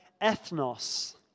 ethnos